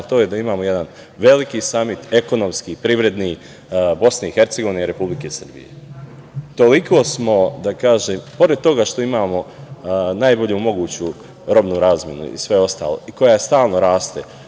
a to je da imamo jedan veliki samit ekonomski, privredni Bosne i Hercegovine i Republike Srbije. Pored toga što imamo najbolju moguću robnu razmenu i sve ostalo i koja stalno raste